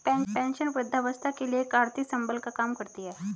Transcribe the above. pension वृद्धावस्था के लिए एक आर्थिक संबल का काम करती है